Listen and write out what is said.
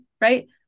right